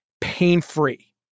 pain-free